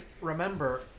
remember